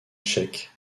tchèque